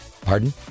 Pardon